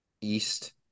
east